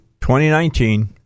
2019